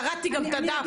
קראתי גם את הדף.